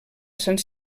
sant